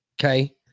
Okay